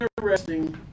interesting